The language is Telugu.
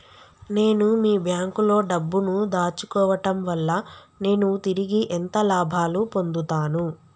నేను మీ బ్యాంకులో డబ్బు ను దాచుకోవటం వల్ల నేను తిరిగి ఎంత లాభాలు పొందుతాను?